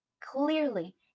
clearly